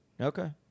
okay